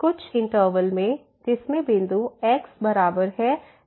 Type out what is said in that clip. कुछ इंटरवल में जिसमें बिंदु x है बराबर है x0 के